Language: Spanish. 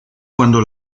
cuando